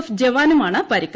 F ജവാനുമാണ് പരിക്ക്